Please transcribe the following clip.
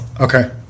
Okay